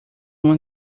uma